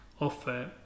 offer